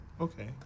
Okay